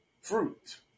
fruit